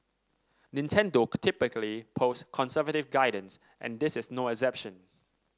Nintendo typically post conservative guidance and this is no exception